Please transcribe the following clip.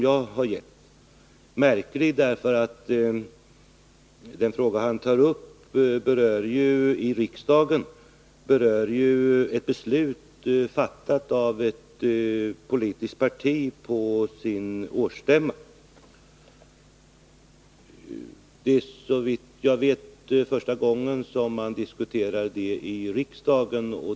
Den är märklig därför att den fråga han tar upp i riksdagen berör ett beslut fattat av ett politiskt parti på dess årsstämma. Detta är, såvitt jag vet, första gången man diskuterar ett sådant beslut i riksdagen.